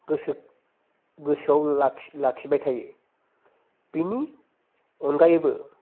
गोसोआव लाखिबाय थायो बेनि अनगायैबो